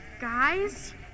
Guys